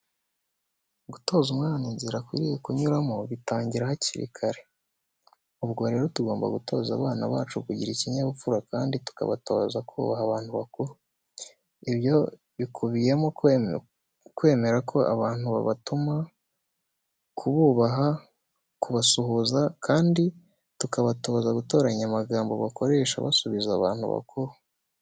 Gutoza umwana inzira akwiriye kunyuramo bitangira hakiri kare. Ubwo rero tugomba gutoza abana bacu kugira ikinyabupfura kandi tukabatoza kubaha abantu bakuru. Ibyo bikubiyemo kwemera ko abantu babatuma, kububaha, kubasuhuza kandi tukabatoza gutoranya amagambo bakoresha basubiza abantu bakuru.